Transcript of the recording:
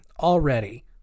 already